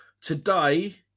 Today